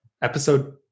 episode